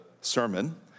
sermon